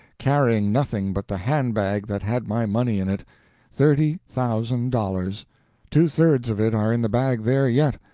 carrying nothing but the hand-bag that had my money in it thirty thousand dollars two-thirds of it are in the bag there yet.